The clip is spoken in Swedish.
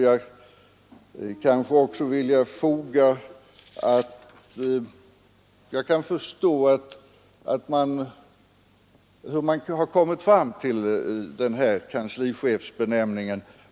Jag kan förstå hur man kommit fram till tjänstebenämningen kanslichef.